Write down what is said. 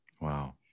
Wow